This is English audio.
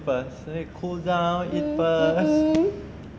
fast I need to cool down eat fast